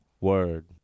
word